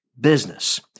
business